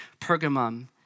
Pergamum